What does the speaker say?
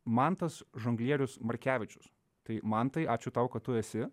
mantas žonglierius markevičius tai mantai ačiū tau kad tu esi